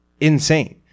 insane